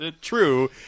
True